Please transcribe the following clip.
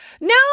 no